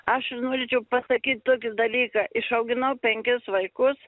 aš norėčiau pasakyt tokį dalyką išauginau penkis vaikus